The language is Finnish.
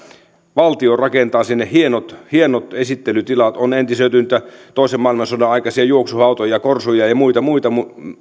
valtio rakentaa sinne hienot hienot esittelytilat on entisöity niitä toisen maailmansodan aikaisia juoksuhautoja korsuja ja muita muita